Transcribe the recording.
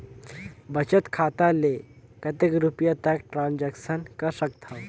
बचत खाता ले कतेक रुपिया तक ट्रांजेक्शन कर सकथव?